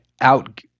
out